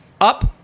up